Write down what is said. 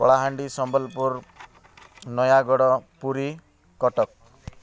Kalahandi Sambalpur Nayagarh Puri Cuttack